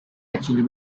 actually